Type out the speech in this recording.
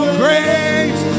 great